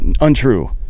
untrue